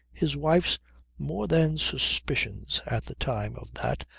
his wife's more than suspicions, at the time, of that,